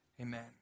Amen